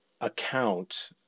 account